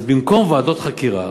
אז במקום ועדות חקירה,